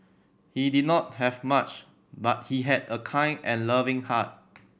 he did not have much but he had a kind and loving heart